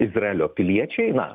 izraelio piliečiai na